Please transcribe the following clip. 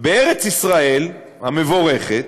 בארץ-ישראל המבורכת,